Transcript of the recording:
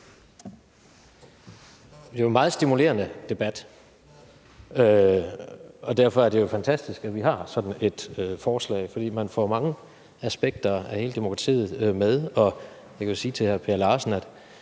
Det er jo en meget stimulerende debat, og derfor er det fantastisk, at vi har sådan et forslag, for man får mange aspekter af hele demokratiet med. Og jeg kan jo sige til hr. Per Larsen, at